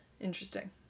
Interesting